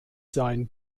sein